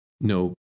No